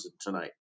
tonight